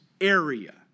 area